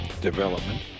development